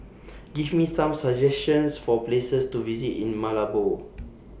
Give Me Some suggestions For Places to visit in Malabo